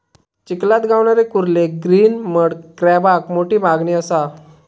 चिखलात गावणारे कुर्ले ग्रीन मड क्रॅबाक मोठी मागणी असा